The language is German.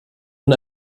den